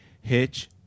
Hitch